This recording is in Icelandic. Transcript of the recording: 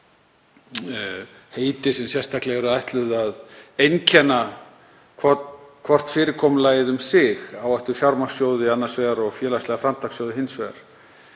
heiti sem er sérstaklega ætlað að einkenna hvort fyrirkomulagið um sig, áhættufjármagnssjóði annars vegar og félagslega framtakssjóði hins vegar.